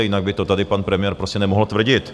Jinak by to tady pan premiér prostě nemohl tvrdit.